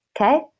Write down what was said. Okay